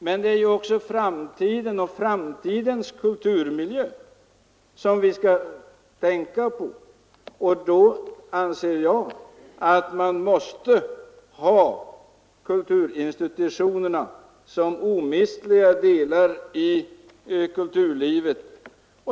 Men det är också framtiden och framtidens kulturmiljö som vi skall tänka på, och då anser jag att man måste ha kulturinstitutionerna som omistliga delar av kulturlivet.